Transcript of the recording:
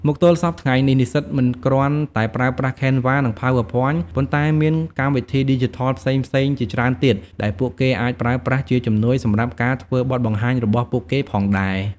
មកទល់សព្វថ្ងៃនេះ និស្សិតមិនគ្រាន់តែប្រើប្រាស់ Canva និង PowerPoint ប៉ុន្តែមានកម្មវិធីឌីជីថលផ្សេងៗជាច្រើនទៀត ដែលពួកគេអាចប្រើប្រាស់ជាជំនួយសម្រាប់ការធ្វើបទបង្ហាញរបស់ពួកគេផងដែរ។